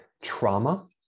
trauma